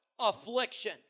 affliction